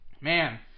man